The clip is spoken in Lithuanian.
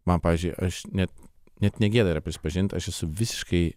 man pavyzdžiui aš net net negėda yra prisipažint aš esu visiškai